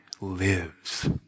lives